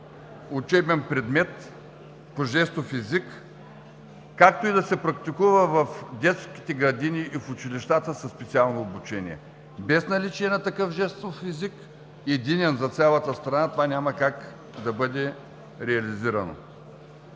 учебен предмет по жестов език, както и да се практикува в детските градини и в училищата със специално обучение. Без наличие на такъв жестов език – единен за цялата страна, това няма как да бъде реализирано.